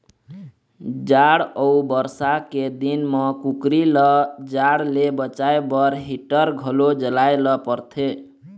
जाड़ अउ बरसा के दिन म कुकरी ल जाड़ ले बचाए बर हीटर घलो जलाए ल परथे